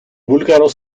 búlgaros